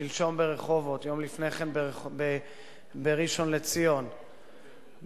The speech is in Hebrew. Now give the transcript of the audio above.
שלשום ברחובות, יום לפני כן בראשון-לציון, בחיפה,